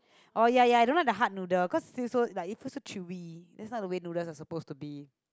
oh ya ya I don't like the hard noodles cause feel so like you feel so chewy that's not the way noodles are supposed to be